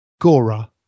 Gora